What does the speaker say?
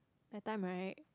the time right